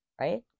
right